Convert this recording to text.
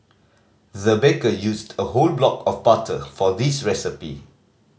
the baker used a whole block of butter for this recipe